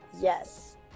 Yes